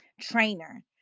trainer